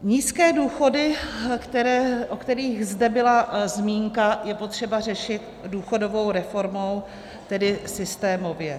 Nízké důchody, o kterých zde byla zmínka, je potřeba řešit důchodovou reformou, tedy systémově.